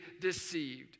deceived